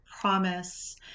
promise